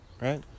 right